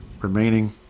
remaining